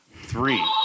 Three